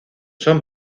son